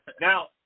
now